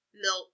milk